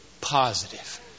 positive